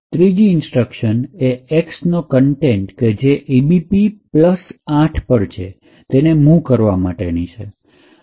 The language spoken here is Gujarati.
ત્રીજી ઇન્સ્ટ્રક્શન એ x નો કન્ટેન્ટ જે ebp૮ પર છે તેને મુવ કરવા માટેની છે